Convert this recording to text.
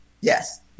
Yes